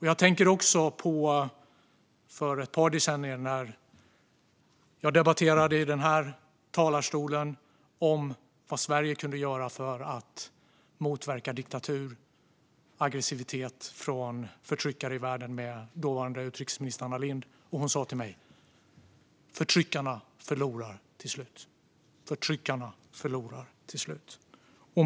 Jag tänker också på när jag för ett par decennier sedan i den här talarstolen debatterade med dåvarande utrikesminister Anna Lindh om vad Sverige kunde göra för att motverka diktatur och aggressivitet från förtryckare i världen. Hon sa till mig: Förtryckarna förlorar till slut.